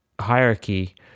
hierarchy